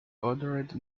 ordered